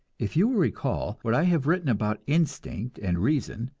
if you will recall what i have written about instinct and reason,